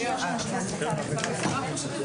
הישיבה ננעלה בשעה 12:45.